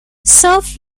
surf